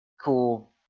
cool